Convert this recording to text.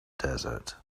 desert